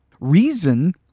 Reason